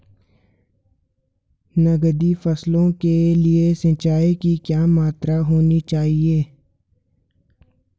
नकदी फसलों के लिए सिंचाई की क्या मात्रा होनी चाहिए?